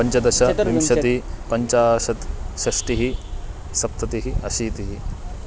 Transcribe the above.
पञ्चदश विंशतिः पञ्चाशत् षष्टिः सप्ततिः अशीतिः